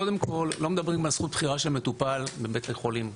קודם כל לא מדברים על זכות בחירה של מטופל בבתי חולים.